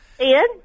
Ian